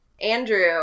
Andrew